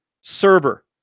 server